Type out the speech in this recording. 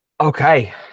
okay